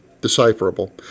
decipherable